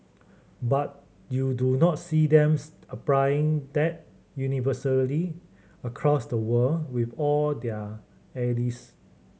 but you do not see them applying that universally across the world with all their allies